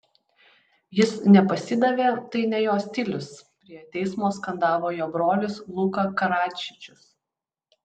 jis nepasidavė tai ne jo stilius prie teismo skandavo jo brolis luka karadžičius